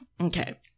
Okay